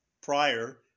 Prior